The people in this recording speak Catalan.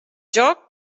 joc